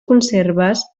conserves